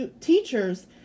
teachers